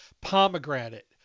pomegranate